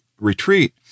retreat